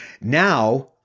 now